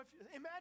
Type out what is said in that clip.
imagine